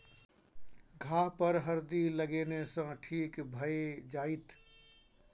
घाह पर हरदि लगेने सँ ठीक भए जाइत